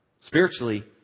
spiritually